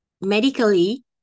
medically